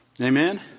Amen